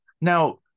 Now